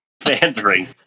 Fandering